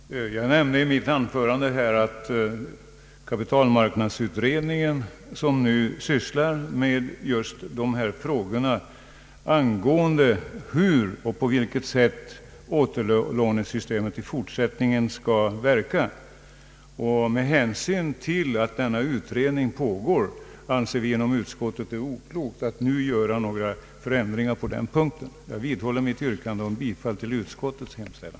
Herr talman! Jag nämnde i mitt anförande att kapitalmarknadsutredningen för närvarande sysslar med frågorna om hur och på vilket sätt återlånesystemet i fortsättningen skall verka. Med hänsyn till den pågående utredningen anser vi inom utskottet att det inte är förnuftigt att nu företa några ändringar på denna punkt. Jag vidhåller mitt yrkande om bifall till utskottets hemställan.